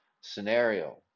scenario